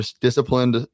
disciplined